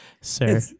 Sir